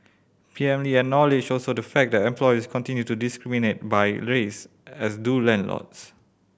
P M Lee acknowledged also the fact that employers continue to discriminate by race as do landlords